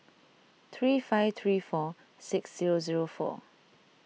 three five three four six zero zero four